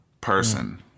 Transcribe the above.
person